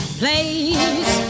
place